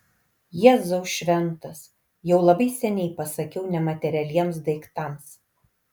jėzau šventas jau labai seniai pasakiau ne materialiems daiktams